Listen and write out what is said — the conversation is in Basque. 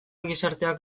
gizarteak